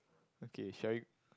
okay shall we